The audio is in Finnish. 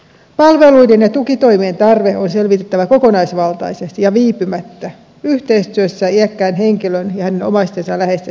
palveluiden ja tukitoimien tarve on selvitettävä kokonaisvaltaisesti ja viipymättä yhteistyössä iäkkään henkilön ja hänen omaistensa ja läheistensä kanssa